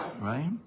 right